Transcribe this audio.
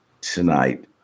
tonight